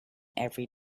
every